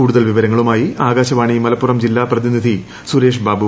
കൂടുതൽ വിവരങ്ങളുമായി ആകാശവാണി മലപ്പുറം ജില്ലാ പ്രതിനിധി സുരേഷ് ബാബു